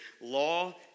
law